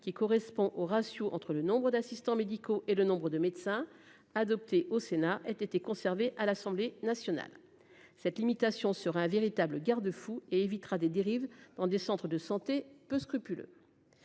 qui correspond au ratio entre le nombre d'assistants médicaux, et le nombre de médecins adopté au Sénat ait été conservé à l'Assemblée nationale cette limitation sera un véritable garde-fou et évitera des dérives dans des centres de santé peu scrupuleux.